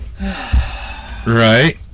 Right